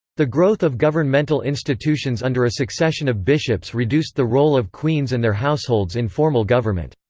the growth of governmental institutions under a succession of bishops reduced the role of queens and their households in formal government.